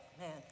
Man